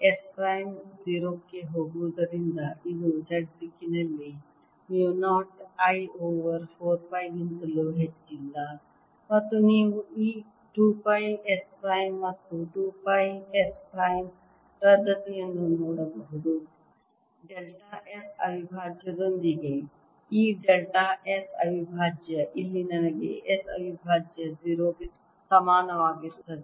S prime 0 ಕ್ಕೆ ಹೋಗುವುದರಿಂದ ಇದು Z ದಿಕ್ಕಿನಲ್ಲಿ ಮ್ಯೂ 0 I ಓವರ್ 4 ಪೈ ಗಿಂತಲೂ ಹೆಚ್ಚಿಲ್ಲ ಮತ್ತು ನೀವು ಈ 2 ಪೈ S ಪ್ರೈಮ್ ಮತ್ತು 2 ಪೈ S ಪ್ರೈಮ್ ರದ್ದತಿಯನ್ನು ನೋಡಬಹುದು ಡೆಲ್ಟಾ S ಅವಿಭಾಜ್ಯದೊಂದಿಗೆ ಈ ಡೆಲ್ಟಾ S ಅವಿಭಾಜ್ಯ ಇಲ್ಲಿ ನನಗೆ S ಅವಿಭಾಜ್ಯ 0 ಗೆ ಸಮಾನವಾಗಿರುತ್ತದೆ